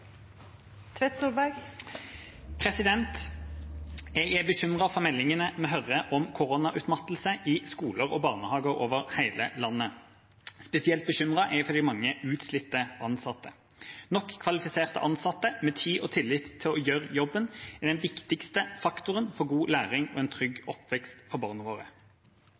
Jeg er bekymret for meldingene vi får om koronautmattelse i skoler og barnehager over hele landet. Spesielt bekymret er jeg for de mange utslitte ansatte. Nok kvalifiserte ansatte med tid og tillit til å gjøre jobben er den viktigste faktoren for god læring og en trygg oppvekst for barna våre.